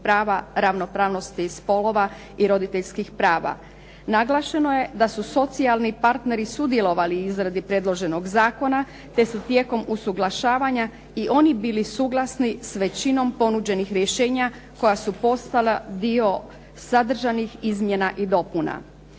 prava, ravnopravnosti spolova i roditeljskih prava. Naglašeno je da su socijalni partneri sudjelovali u izradi predloženog zakona, te su tijekom usuglašavanja i oni bili suglasni s većinom ponuđenih rješenja koja su postala dio sadržanih izmjena i dopuna.